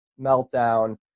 meltdown